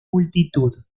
multitud